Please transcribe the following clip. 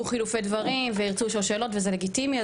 חילופי דברי וירצו לשאול שאלות וזה לגיטימי,